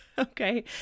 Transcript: Okay